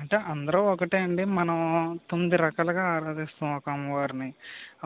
అంటే అందరూ ఒకటే అండీ మనం తొమ్మిది రకాలుగా ఆరాధిస్తాం ఒక అమ్మవారిని